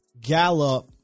Gallup